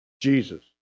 Jesus